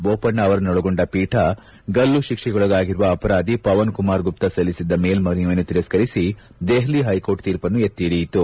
ಬೋಪಣ್ಣ ಅವರನ್ನೊಳಗೊಂಡ ಪೀಠ ಗಲ್ಲು ಶಿಕ್ಷೆಗೊಳಗಾಗಿರುವ ಅಪರಾಧಿ ಪವನ್ ಕುಮಾರ್ ಗುಪ್ತಾ ಸಲ್ಲಿಸಿದ್ದ ಮೇಲ್ನನಿಯನ್ನು ತಿರಸ್ತರಿಸಿ ದೆಹಲಿ ಹೈಕೋರ್ಟ್ ತೀರ್ಪು ಎತ್ತಿಹಿಡಿಯಿತು